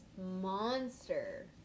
monster